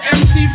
mc